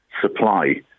supply